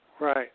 Right